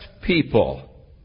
people